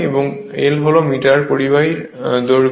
এবং l হল মিটারে পরিবাহীর দৈর্ঘ্য